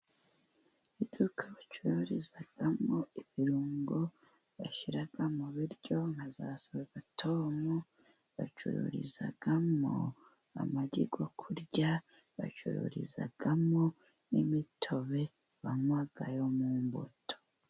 Iduka bacururizamo ibirungo bashyira mu biryo, nka za sorwatomu, bacururizamo amagi yo kurya, bacururizamo n'imitobe banywa yo mu mbuto.